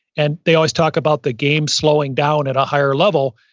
and they always talk about the game slowing down at a higher level,